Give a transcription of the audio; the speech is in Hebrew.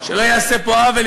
שלא ייעשה פה עוול,